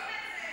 עושים את זה.